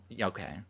Okay